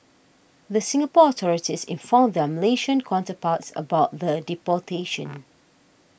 the Singapore authorities informed their Malaysian counterparts about the deportation